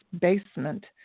basement